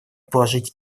положить